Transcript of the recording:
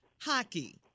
Hockey